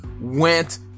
went